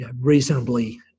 reasonably